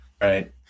Right